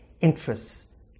interests